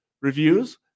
reviews